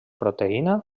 proteïna